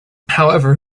however